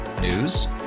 News